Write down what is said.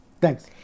Thanks